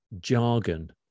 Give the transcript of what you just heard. jargon